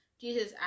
Jesus